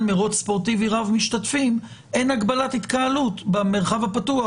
מרוץ ספורטיבי רב-משתתפים אין הגבלת התקהלות במרחב הפתוח,